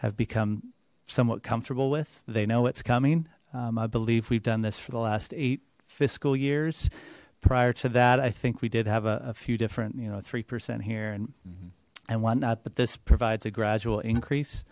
have become somewhat comfortable with they know it's coming i believe we've done this for the eight fiscal years prior to that i think we did have a few different you know three percent here and and one not but this provides a gradual increase